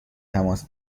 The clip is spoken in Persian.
تماس